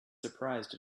surprised